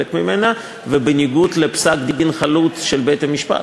ממנה ובניגוד לפסק-דין חלוט של בית-המשפט.